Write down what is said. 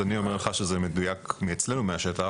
אז אני אומר לך שזה מדויק אצלנו מהשטח,